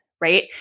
right